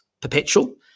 perpetual